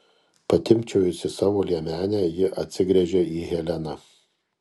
patimpčiojusi savo liemenę ji atsigręžia į heleną